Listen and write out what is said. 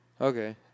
okay